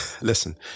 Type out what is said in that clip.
listen